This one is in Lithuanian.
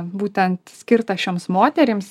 būtent skirtą šioms moterims